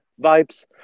vibes